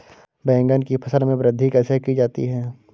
बैंगन की फसल में वृद्धि कैसे की जाती है?